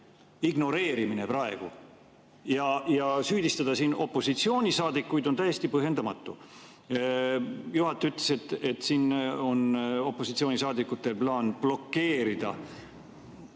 ignoreerimine praegu. Ja süüdistada siin opositsioonisaadikuid on täiesti põhjendamatu. Juhataja ütles, et siin on opositsioonisaadikutel plaan blokeerida.